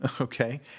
okay